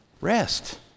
Rest